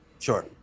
Sure